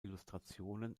illustrationen